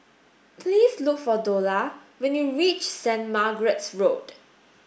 please look for Dola when you reach Saint Margaret's Road